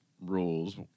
rules